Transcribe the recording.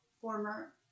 former